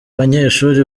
banyeshuri